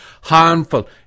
harmful